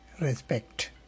respect